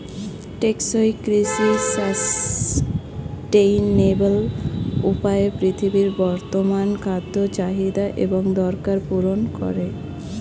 টেকসই কৃষি সাস্টেইনেবল উপায়ে পৃথিবীর বর্তমান খাদ্য চাহিদা এবং দরকার পূরণ করে